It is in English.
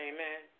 Amen